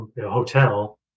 hotel